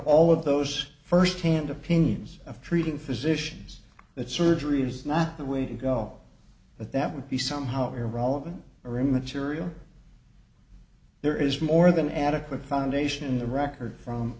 all of those first hand opinions of treating physicians that surgery is not the way to go but that would be somehow irrelevant or immaterial there is more than adequate foundation in the record from